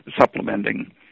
supplementing